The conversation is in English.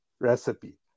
recipe